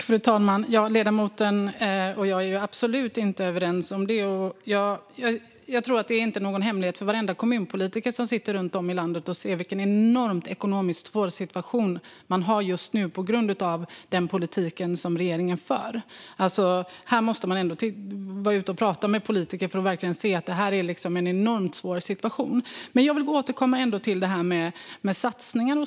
Fru talman! Ledamoten och jag är absolut inte överens om det. Jag tror att det inte är någon hemlighet för varenda kommunpolitiker som sitter runt om i landet att det är en ekonomiskt enormt svår ekonomisk situation de har just nu på grund av den politik som regeringen för. Man måste vara ute och prata med politiker för att se att det är en enormt svår situation. Jag vill återkomma till detta med satsningar.